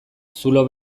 zulo